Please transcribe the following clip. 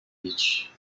beach